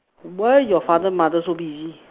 why your father mother so busy